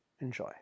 Enjoy